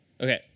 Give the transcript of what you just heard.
Okay